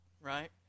Right